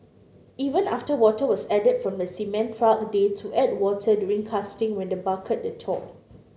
even after water was added from the cement truck they to add water during casting when the bucket the top